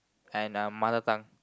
and uh mother tongue